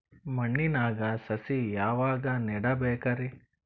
ಮಣ್ಣಿನಾಗ ಸಸಿ ಯಾವಾಗ ನೆಡಬೇಕರಿ?